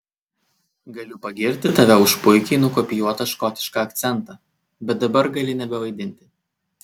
galiu pagirti tave už puikiai nukopijuotą škotišką akcentą bet dabar gali nebevaidinti